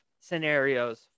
scenarios